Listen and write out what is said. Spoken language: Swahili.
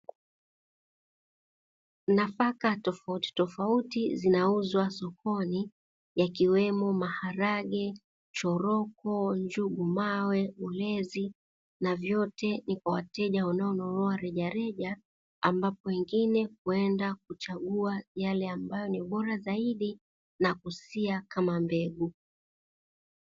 Nafaka tofautitofauti zinauzwa sokoni yakiwemo maharage, choroko, njugumawe, ulezi na vyote ni kwa wateja wanao nunua rejareja ambapo wengine huenda kuchagua yale ambayo ni bora zaidi na kusia kama mbegu.